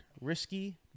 Risky